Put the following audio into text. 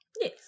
Yes